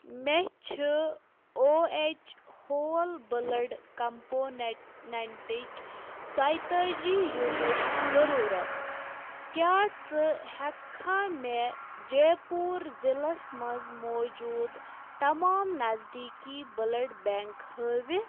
مےٚ چھِ او اٮ۪چ ہول بٕلڈ کمپونٮ۪ٹنٮ۪نٛٹٕکۍ ژۄیتٲجی یوٗنِٹ ضٔروٗرت کیٛاہ ژٕ ہیٚککھا مےٚ جیپوٗر ضلعس منٛز موجوٗد تمام نزدیٖکی بٕلڈ بٮ۪نٛک ہٲوِتھ